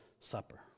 Supper